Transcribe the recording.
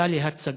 עושה לי הצגות,